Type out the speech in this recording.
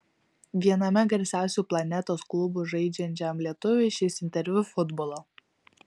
viename garsiausių planetos klubų žaidžiančiam lietuviui šis interviu futbolo